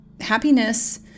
happiness